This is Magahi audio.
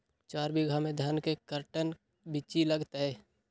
चार बीघा में धन के कर्टन बिच्ची लगतै?